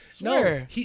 No